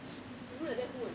so